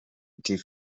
die